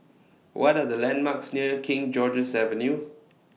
What Are The landmarks near King George's Avenue